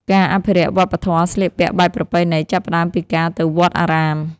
ការអភិរក្សវប្បធម៌ស្លៀកពាក់បែបប្រពៃណី ចាប់ផ្តើមពីការទៅវត្តអារាម។